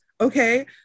okay